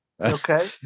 Okay